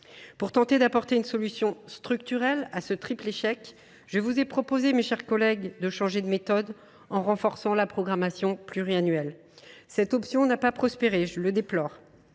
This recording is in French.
Pour tenter d’apporter une solution structurelle à ce triple échec, je vous ai proposé, mes chers collègues, de changer de méthode en renforçant la programmation pluriannuelle. Cette option n’a pas prospéré, je le déplore.